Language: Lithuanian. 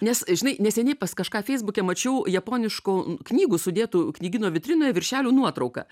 nes žinai neseniai pas kažką feisbuke mačiau japoniškų knygų sudėtų knygyno vitrinoje viršelių nuotrauką